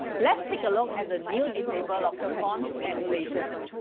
let's take a look at the new disable locker fonts emulations.